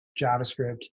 JavaScript